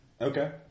Okay